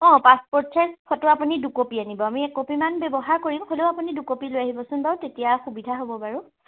অঁ passport size photo আপুনি দুকপি আনিব আমি এক কপিমান ব্যৱহাৰ কৰিম হ'লেও আপুনি দুকপি লৈ আহিবচোন বাৰু তেতিয়া সুবিধা হ'ব বাৰু